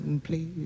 Please